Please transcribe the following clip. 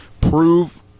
prove